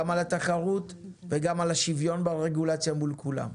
גם על התחרות וגם על השוויון ברגולציה מול כולם.